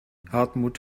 hartmut